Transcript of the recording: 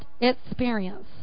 experience